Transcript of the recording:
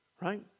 right